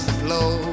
flow